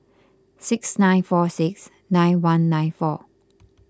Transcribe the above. six nine four six nine one nine four